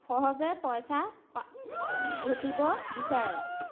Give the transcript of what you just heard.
সহজে পইচা ঘটিব বিচাৰে